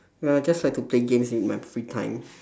no I just like to play games in my free time